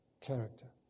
character